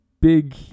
big